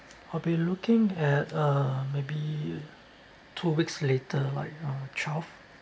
I'll be looking at uh maybe two weeks later like uh twelfth